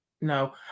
No